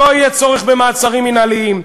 לא יהיה צורך במעצרים מינהליים.